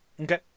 Okay